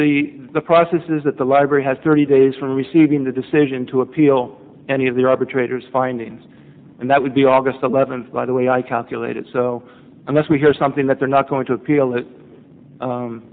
the processes that the library has thirty days from receiving the decision to appeal any of the arbitrators findings and that would be aug eleventh by the way i calculated so unless we hear something that they're not going to appeal it